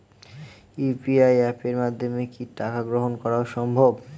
UPI অ্যাপের মাধ্যমে কি টাকা গ্রহণ করাও সম্ভব?